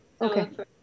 okay